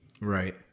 Right